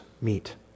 meet